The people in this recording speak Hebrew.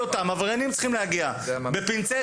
אל אותם עבריינים צריכים להגיע בפינצטה